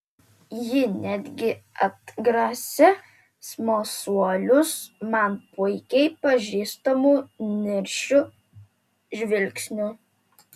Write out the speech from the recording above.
ji netgi atgrasė smalsuolius man puikiai pažįstamu niršiu žvilgsniu